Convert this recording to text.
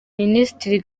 minisitiri